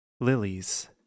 lilies